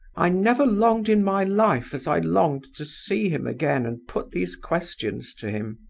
i never longed in my life as i longed to see him again and put these questions to him.